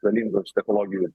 galingos technologijų